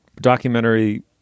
documentary